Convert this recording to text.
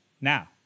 Now